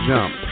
Jump